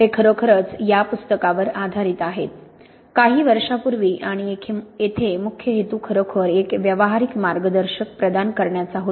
ते खरोखरच या पुस्तकावर आधारित आहेत काही वर्षांपूर्वी आणि येथे मुख्य हेतू खरोखर एक व्यावहारिक मार्गदर्शक प्रदान करण्याचा होता